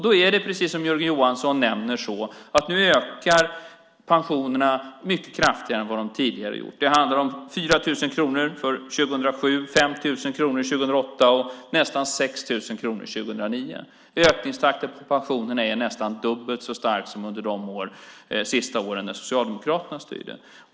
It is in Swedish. Det är, precis som Jörgen Johansson nämner, så att pensionerna nu ökar mycket kraftigare än de tidigare har gjort. Det handlar om 4 000 kronor för 2007, 5 000 kronor 2008 och nästan 6 000 kronor 2009. Ökningstakten för pensionerna är nästan dubbelt så stark som under de sista åren Socialdemokraterna styrde.